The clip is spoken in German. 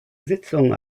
sitzungen